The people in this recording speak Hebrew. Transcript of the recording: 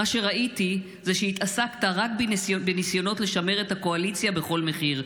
מה שראיתי זה שהתעסקת רק בניסיונות לשמר את הקואליציה בכל מחיר,